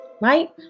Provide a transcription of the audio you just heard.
right